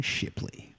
Shipley